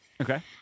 Okay